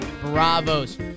Bravos